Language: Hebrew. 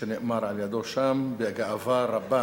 שנאמר על-ידו שם בגאווה רבה.